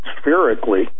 spherically